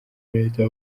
heza